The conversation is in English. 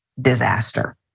disaster